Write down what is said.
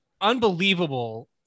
unbelievable